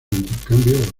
intercambio